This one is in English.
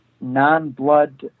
non-blood